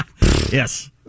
Yes